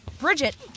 Bridget